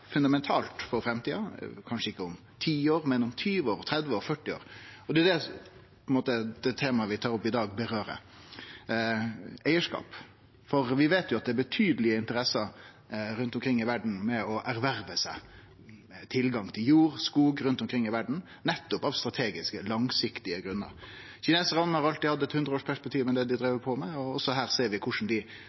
fundamentalt for framtida – kanskje ikkje om 10 år, men om 20 år, 30 år, 40 år. Det er det temaet vi tar opp i dag, gjeld: eigarskap. Vi veit at det er betydeleg interesse rundt omkring i verda for å erverve seg tilgang til jord og skog, nettopp av strategiske, langsiktige grunnar. Kinesarane har alltid hatt eit hundreårsperspektiv i det dei driv på med, og også her ser vi korleis dei